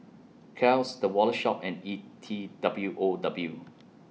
Kiehl's The Wallet Shop and E T W O W